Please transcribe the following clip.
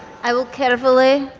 i will carefully